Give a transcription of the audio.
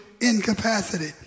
incapacity